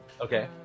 Okay